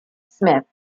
smith